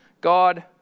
God